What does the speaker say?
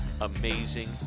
Amazing